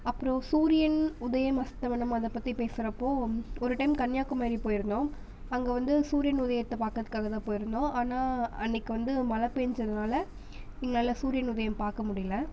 அப்றம் சூரியன் உதயம் அஸ்தமனம் அதை பற்றி பேசுகிற அப்போ ஒரு டைம் கன்னியாகுமரி போயிருந்தோம் அங்கே வந்து சூரியன் உதயத்தை பார்க்கறதுக்காக தான் போயிருந்தோம் ஆனால் அன்றைக்கு வந்து மழை பேய்ததுனால எங்களால் சூரியன் உதயம் பார்க்க முடியல